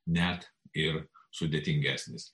net ir sudėtingesnis